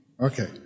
okay